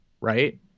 right